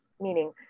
meaning